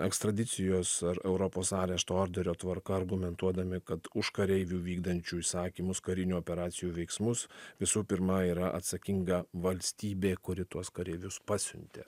ekstradicijos ar europos arešto orderio tvarka argumentuodami kad už kareivių vykdančių įsakymus karinių operacijų veiksmus visų pirma yra atsakinga valstybė kuri tuos kareivius pasiuntė